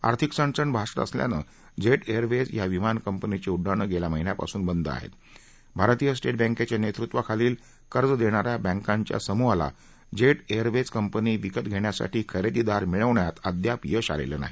आर्थिक चणचण भासत असल्यानं जेट एअरवेज या विमानकपंनीची उड्डाणं गेल्या महिन्यापासून बंद आहेत भारतीय स्टेट बँकेच्या नेतृत्वाखालील कर्ज देणा या बँकांच्या समुहाला जेट एअरवेज कंपनी विकत घेण्यासाठी खरेदीदार मिळवण्यात अद्याप यश आलेलं नाही